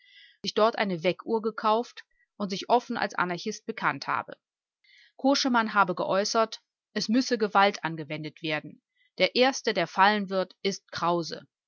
sich dort eine weckuhr gekauft und sich offen als anarchist bekannt habe koschemann habe geäußert es müsse gewalt angewendet werden der erste der fallen wird ist krause